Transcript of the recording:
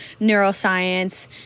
neuroscience